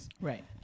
Right